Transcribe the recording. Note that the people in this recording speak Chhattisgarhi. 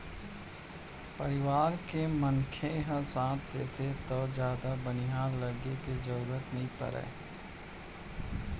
परवार के मनखे ह साथ देथे त जादा बनिहार लेगे के जरूरते नइ परय